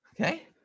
Okay